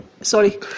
Sorry